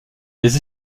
les